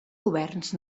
governs